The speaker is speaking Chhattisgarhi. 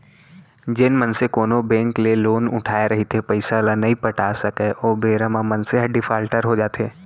जेन मनसे कोनो बेंक ले लोन उठाय रहिथे पइसा ल नइ पटा सकय ओ बेरा म मनसे ह डिफाल्टर हो जाथे